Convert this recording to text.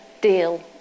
deal